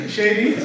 Shady